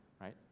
right